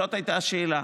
זאת הייתה השאלה.